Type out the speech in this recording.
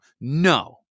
No